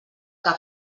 que